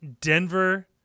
Denver